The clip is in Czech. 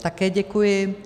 Také děkuji.